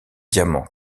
diamant